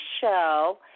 show